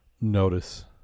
notice